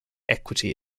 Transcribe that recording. equity